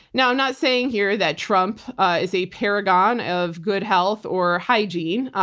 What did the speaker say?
now not saying here that trump is a paragon of good health or hygiene.